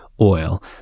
oil